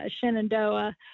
Shenandoah